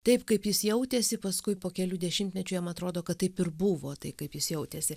taip kaip jis jautėsi paskui po kelių dešimtmečių jam atrodo kad taip ir buvo tai kaip jis jautėsi